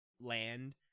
land